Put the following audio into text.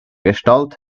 gestalt